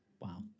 wow